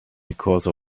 because